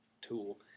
tool